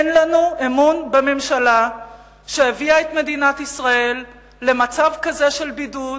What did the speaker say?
אין לנו אמון בממשלה שהביאה את מדינת ישראל למצב כזה של בידוד,